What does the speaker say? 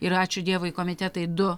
ir ačiū dievui komitetai du